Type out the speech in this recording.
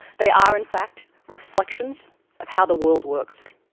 they are, in fact, reflections of how the world works,